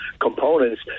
components